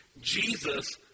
Jesus